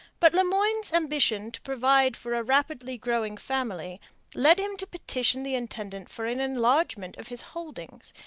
but le moyne's ambition to provide for a rapidly growing family led him to petition the intendant for an enlargement of his holdings,